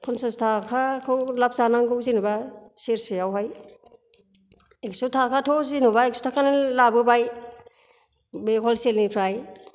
फनसास थाखाखौ लाब जानांगौ जेनबा सेरसेआवहाय एकस थाखायाथ' जेनबा एकस थाखानि लाबोबाय बे हलसेल निफ्राय